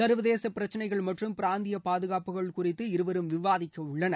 சர்வதேச பிரக்சினைகள் மற்றும் பிராந்திய பாதுகாப்புகள் குறித்து இருவரும் விவாதிக்க உள்ளனர்